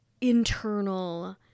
internal